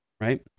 right